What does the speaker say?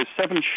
seven